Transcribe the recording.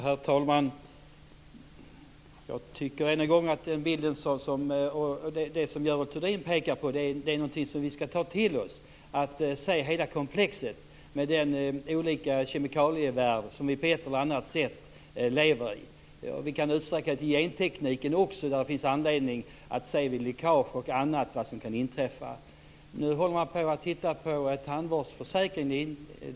Herr talman! Jag tycker än en gång att det som Görel Thurdin pekar på är någonting som vi skall ta till oss. Vi måste se hela komplexet med den värld av olika kemikalier som vi lever i. Vi kan utsträcka detta till gentekniken också. Där finns det anledning att se vad som kan inträffa vid läckage och annat. Nu tittar man på tandvårdsförsäkringen.